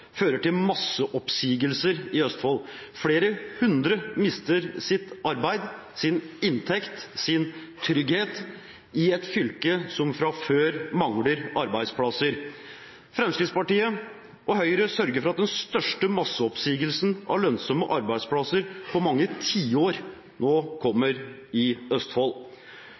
fører til masseoppsigelser i Østfold. Flere hundre mister sitt arbeid, sin inntekt, sin trygghet, i et fylke som fra før mangler arbeidsplasser. Fremskrittspartiet og Høyre sørger for at den største masseoppsigelsen av lønnsomme arbeidsplasser på mange tiår nå kommer i Østfold.